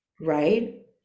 right